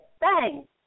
Bang